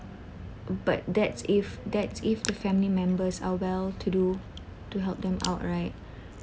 but that's if that's if the family members are well to do to help them out right